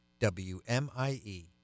wmie